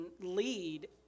lead